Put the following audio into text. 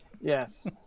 Yes